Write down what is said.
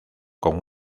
con